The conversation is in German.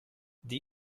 die